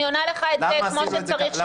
אני עונה לך את זה כמו שצריך שזה יהיה.